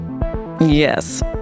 Yes